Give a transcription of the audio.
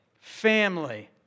Family